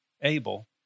Abel